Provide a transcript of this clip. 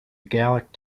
gallic